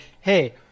hey